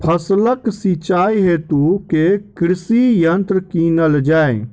फसलक सिंचाई हेतु केँ कृषि यंत्र कीनल जाए?